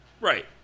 Right